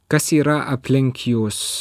kas yra aplink jus